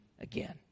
again